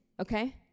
okay